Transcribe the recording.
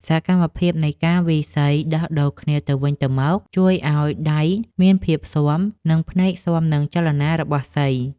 សកម្មភាពនៃការវាយសីដោះដូរគ្នាទៅវិញទៅមក ជួយឱ្យដៃមានភាពស៊ាំ និងភ្នែកស៊ាំនឹងចលនារបស់សី។